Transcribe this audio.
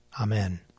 Amen